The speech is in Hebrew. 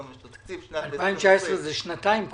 בדצמבר --- 2019 זה שנתיים קודם.